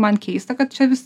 man keista kad čia vis